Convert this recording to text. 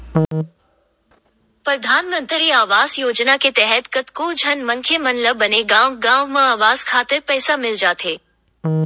परधानमंतरी आवास योजना के तहत कतको झन मनखे मन ल बने गांव गांव म अवास खातिर पइसा मिल जाथे